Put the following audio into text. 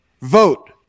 vote